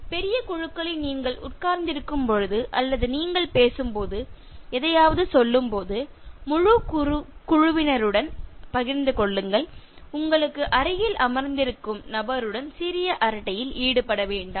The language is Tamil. பெரிய குழுக்களில் நீங்கள் உட்கார்ந்திருக்கும்போது அல்லது நீங்கள் பேசும் போது எதையாவது சொல்லும்போது முழு குழுவினருடனும் பகிர்ந்து கொள்ளுங்கள் உங்களுக்கு அருகில் அமர்ந்திருக்கும் நபருடன் சிறிய அரட்டையில் ஈடுபட வேண்டாம்